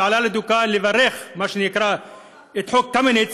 שעלה לדוכן לברך על מה שנקרא "חוק קמיניץ",